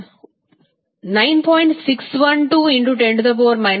ಆದ್ದರಿಂದ 9